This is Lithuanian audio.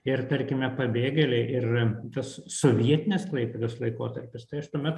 ir tarkime pabėgėliai ir tas sovietinės klaipėdos laikotarpis tai aš tuomet